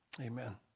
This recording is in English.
amen